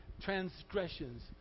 transgressions